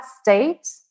state